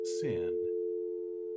sin